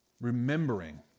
Remembering